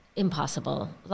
impossible